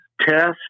test